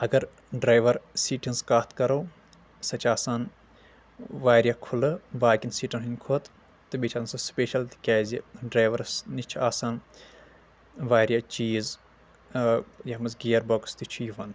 اگر ڈرایور سیٖٹہِ ہِنٛز کتھ کرو سۄ چھِ آسان واریاہ کھُلہٕ باقیَن سیٖٹن ہٕنٛدِ کھۄتہٕ تہٕ بیٚیہِ چھےٚ آسان سۄ سپیشل تِکیٛازِ ڈرایورس نِش چھِ آسان واریاہ چیٖز یتھ منٛز گیر بۄکٕس تہِ چھِ یوان